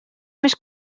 més